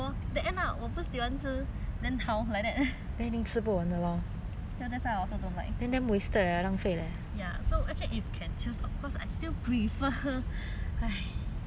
how like that that's why I also don't like them ya so actually if can choose of course I still prefer !hais! to own self take